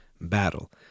battle